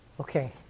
Okay